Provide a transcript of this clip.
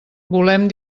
volem